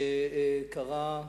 שקרה,